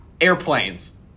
airplanes